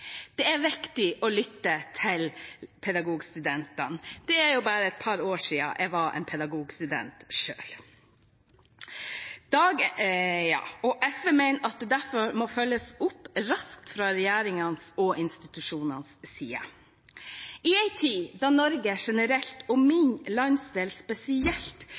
Det er viktig å lytte til pedagogstudentene. Det er bare et par år siden jeg var pedagogstudent selv. SV mener at dette må følges opp raskt fra regjeringens og institusjonenes side. I en tid da Norge generelt, og min landsdel spesielt,